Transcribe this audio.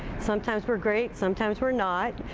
sometimes we're great, sometimes we're not,